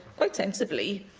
quite sensibly,